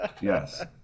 Yes